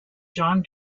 john